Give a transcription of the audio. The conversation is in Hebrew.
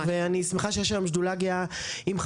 לא את צודקת, ממש.